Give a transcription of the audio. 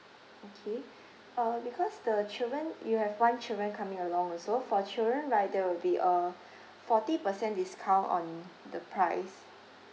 okay uh because the children you have one children coming along also for children right there will be uh forty percent discount on the price